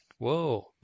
whoa